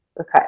Okay